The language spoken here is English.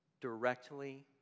directly